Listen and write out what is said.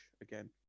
again